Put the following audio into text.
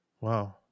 Wow